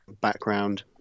background